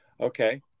okay